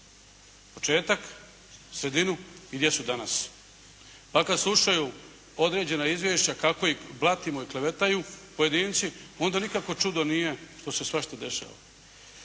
početak, sredinu i gdje su danas. Pa kada slušaju određena izvješća kako ih blatiju i klevetaju pojedinci, onda nikakvo čudo nije što se svašta dešava.